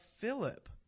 Philip